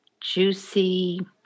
juicy